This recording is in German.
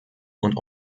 und